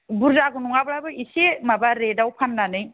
बुरजा नङाब्लाबो एसे माबा रेटआव फाननानै